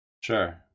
Sure